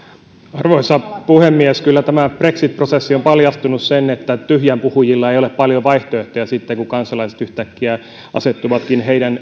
arvoisa puhemies kyllä tämä brexit prosessi on paljastanut sen että tyhjänpuhujilla ei ole paljon vaihtoehtoja sitten kun kansalaiset yhtäkkiä asettuvatkin